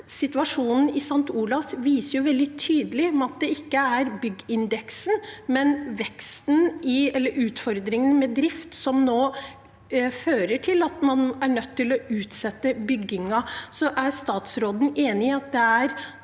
Situasjonen ved St. Olavs Hospital viser veldig tydelig at det ikke er byggekostnadsindeksen, men veksten i eller utfordringene med drift som nå fører til at man er nødt til å utsette byggingen. Er statsråden enig i at denne